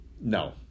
no